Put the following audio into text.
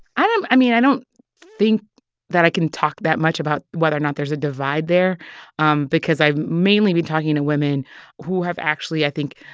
i don't um i mean, i don't think that i can talk that much about whether or not there's a divide there um because i've mainly been talking to women who have actually, i think,